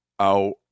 out